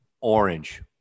Orange